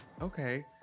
okay